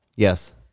Yes